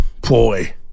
Boy